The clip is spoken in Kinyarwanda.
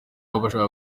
abashaka